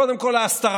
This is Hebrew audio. קודם כול ההסתרה.